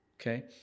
Okay